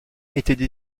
étaient